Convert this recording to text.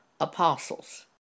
apostles